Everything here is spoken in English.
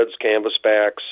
canvasbacks